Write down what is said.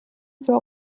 zur